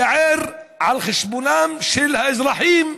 לייער על חשבונם של האזרחים,